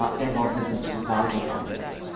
ah they want business to provide their benefits.